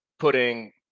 Putting